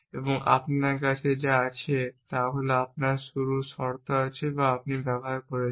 এবং আপনার কাছে যা আছে তা হল আপনার শুরুর শর্ত আছে বা আপনি ব্যবহার করছেন